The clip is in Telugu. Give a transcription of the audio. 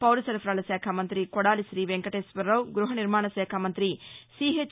పౌరసరఫరాల శాఖ మంతి కొడాలి శ్రీ వెంకటేశ్వరరావు గృహనిర్మాణ శాఖ మంత్రి సిహెచ్